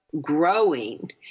growing